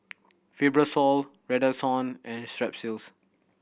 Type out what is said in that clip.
Fibrosol Redoxon and Strepsils